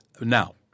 Now